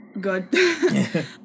good